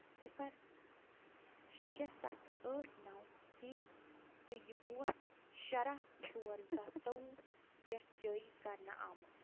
صفر شےٚ ستھ ٲٹھ نَو کے تہٕ یہِ اوس شُراہ ژور زٕ ساس ژوٚوُہ پٮ۪ٹھ جٲری کرنہٕ آمُت